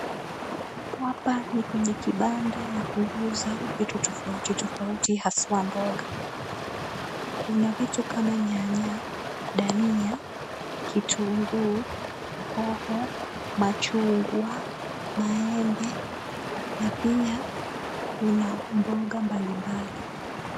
Hapa ni kwenye kibanda ya kuuza vitu tofauti tofauti haswa mboga. Kuna vitu kama nyanya, dania, kitunguu, hoho, machungwa, maembe na pia kuna mboga mbalimbali.